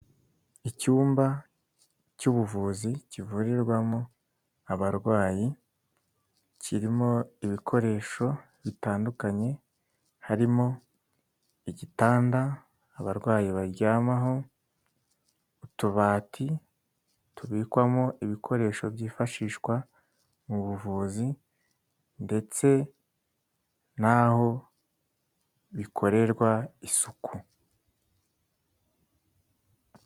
Icyumba cy'ubuvuzi, kivurirwamo abarwayi kirimo ibikoresho bitandukanye harimo: igitanda abarwayi baryamaho, utubati tubikwamo ibikoresho byifashishwa mu buvuzi ndetse n'aho bikorerwa isuku.